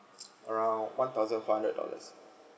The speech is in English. around one thousand five hundred dollars